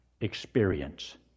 experience